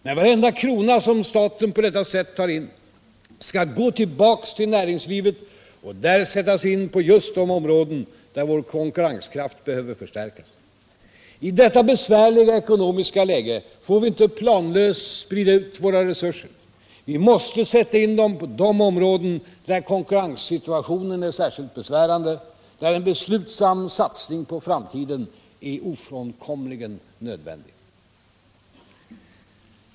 Men varenda krona som staten på detta sätt tar in skall gå tillbaka till näringslivet och där sättas in på just de områden där vår konkurrenskraft behöver förstärkas. I detta besvärliga ekonomiska läge får vi inte planlöst sprida ut våra resurser. Vi måste sätta in dem på de områden där konkurrenssituationen är besvärande och där en beslutsam satsning på framtiden är ofrånkomligen nödvändig.